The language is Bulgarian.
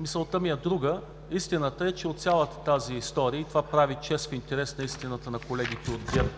Мисълта ми е друга. Истината е, че от цялата тази история, и това прави чест в интерес на истината на колегите от ГЕРБ